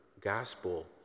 gospel